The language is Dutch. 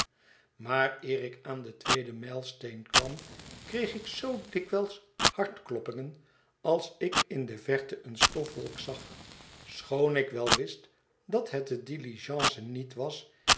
maar eer ik aan den tweeden mijlsteen kwam kreeg ik zoo dikwijls hartkloppingen als ik in de verte een stofwolk zag schoon ik wel wist dat het de diligence niet was